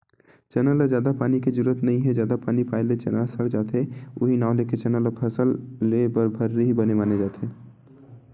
चना ल जादा पानी के जरुरत नइ हे जादा पानी पाए ले चना ह सड़ जाथे उहीं नांव लेके चना के फसल लेए बर भर्री ही बने माने जाथे